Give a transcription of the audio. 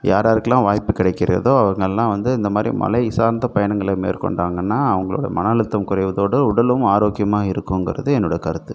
யார் யாருக்கெலாம் வாய்ப்பு கிடைக்கிறதோ அவங்களாம் வந்து இந்த மாதிரி மலை சார்ந்த பயணங்களை மேற்கொண்டாங்கனா அவர்களோட மன அழுத்தம் குறைவதோடு உடலும் ஆரோக்கியமாக இருக்குங்கிறது என்னோடய கருத்து